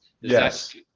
Yes